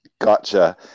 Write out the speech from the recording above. gotcha